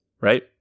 right